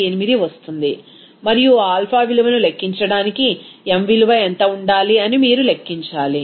018 వస్తుంది మరియు ఆ ఆల్ఫా విలువను లెక్కించడానికి m విలువ ఎంత ఉండాలి అని మీరు లెక్కించాలి